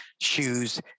shoes